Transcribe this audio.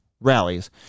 rallies